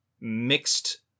mixed